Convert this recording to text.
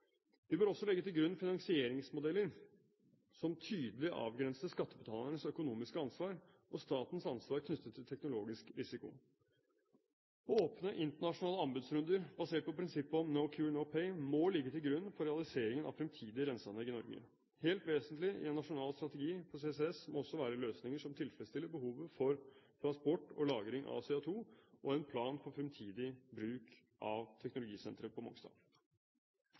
Vi bør også legge til grunn finansieringsmodeller som tydelig avgrenser skattebetalernes økonomiske ansvar og statens ansvar knyttet til teknologisk risiko. Åpne internasjonale anbudsrunder basert på prinsippet om «no cure, no pay» må ligge til grunn for realiseringen av fremtidige renseanlegg i Norge. Helt vesentlig i en nasjonal strategi for CCS må også være løsninger som tilfredsstiller behovet for transport og lagring av CO2 og en plan for fremtidig bruk av teknologisenteret på Mongstad.